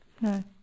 No